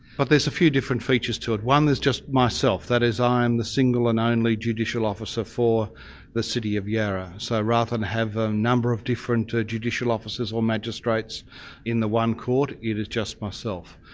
but there's a few different features to it. one is just myself, that is, i am the single and only judicial officer for the city of yarra, so rather than have a number of different judicial officers or magistrates in the one court, it is just myself.